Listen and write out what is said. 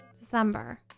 December